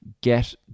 get